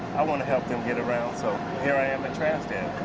i want to help them get around, so here i am at transdev.